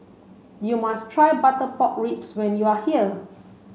you must try butter pork ribs when you are here